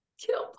kill